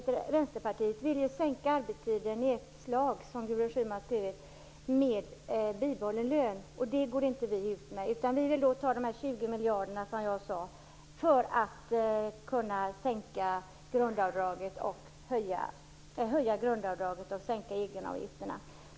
Vänsterpartiet vill ju, som Gudrun Schyman skrivit, sänka arbetstiden i ett slag med bibehållen lön, men det går inte vi ut med. Vi vill i stället ta de 20 miljarder som jag nämnde till att höja grundavdraget och sänka egenavgifterna.